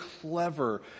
clever